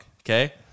Okay